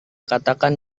katakan